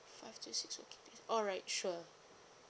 five to six working days alright sure